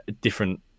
different